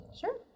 Sure